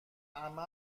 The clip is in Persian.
عمه